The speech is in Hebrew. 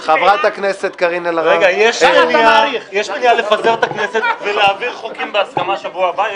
יש מניעה לפזר את הכנסת ולהעביר חוקים בהסכמה בשבוע הבא?